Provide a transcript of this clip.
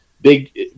big